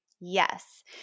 Yes